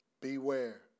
Beware